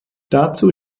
dazu